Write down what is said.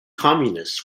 communists